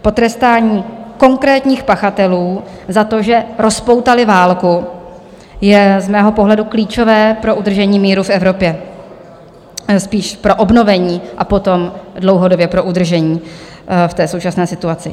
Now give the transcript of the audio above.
Potrestání konkrétních pachatelů za to, že rozpoutali válku, je z mého pohledu klíčové pro udržení míru v Evropě, spíš pro obnovení a potom dlouhodobě pro udržení v současné situaci.